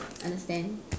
understand